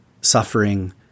suffering